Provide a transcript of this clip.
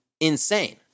insane